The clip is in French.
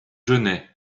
genêts